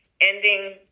ending